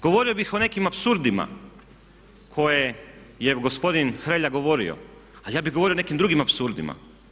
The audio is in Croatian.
Govorimo bih o nekim apsurdima koje je gospodin Hrelja govorio ali ja bih govorio o nekim drugim apsurdima.